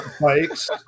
Bikes